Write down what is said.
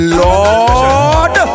lord